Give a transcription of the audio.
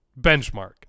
benchmark